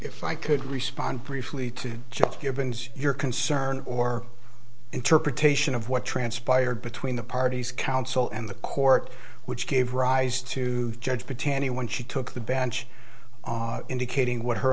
if i could respond briefly to just your been your concern or interpretation of what transpired between the parties council and the court which gave rise to judge her tenure when she took the bench indicating what her